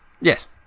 Yes